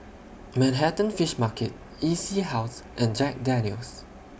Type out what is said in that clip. Manhattan Fish Market E C House and Jack Daniel's